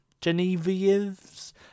Genevieve's